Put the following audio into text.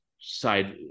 side